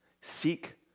Seek